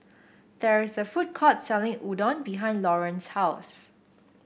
there is a food court selling Udon behind Lauren's house